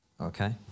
Okay